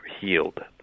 healed